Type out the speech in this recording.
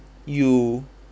you